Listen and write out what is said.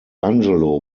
angelo